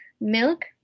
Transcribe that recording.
milk